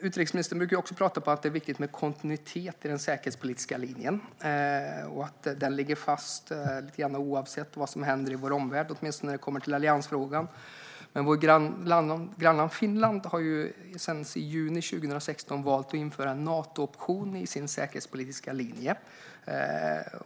Utrikesministern brukar prata om att det är viktigt med kontinuitet i den säkerhetspolitiska linjen och att denna ligger fast oavsett vad som händer i omvärlden, åtminstone när det kommer till alliansfrågan. Vårt grannland Finland valde i juni 2016 att införa en Natooption i sin säkerhetspolitiska linje.